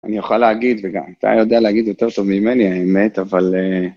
אני יכול להגיד, וגם אתה יודע להגיד יותר שוב ממני, האמת, אבל...